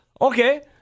Okay